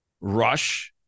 rush